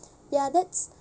ya that's